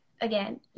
again